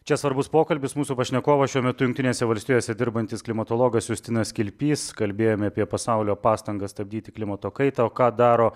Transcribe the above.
čia svarbus pokalbis mūsų pašnekovas šiuo metu jungtinėse valstijose dirbantis klimatologas justinas kilpys kalbėjome apie pasaulio pastangas stabdyti klimato kaitą o ką daro